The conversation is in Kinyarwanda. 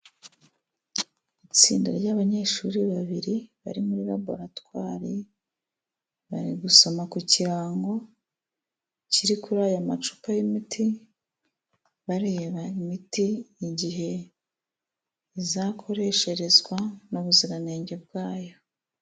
Itsinda ry'abanyeshuri babiri bari muri laboratwari, bari gusoma ku kirango kiri kuri aya macupa y'imiti bareba imiti igihe izakoresherezwa, nubuziranenge bwayo.